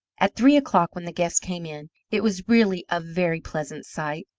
at three o'clock when the guests came in, it was really a very pleasant sight.